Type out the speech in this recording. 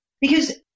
Because-